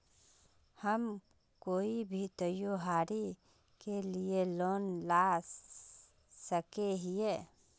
हम कोई भी त्योहारी के लिए लोन ला सके हिये?